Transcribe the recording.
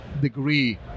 degree